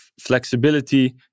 flexibility